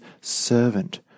servant